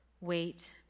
wait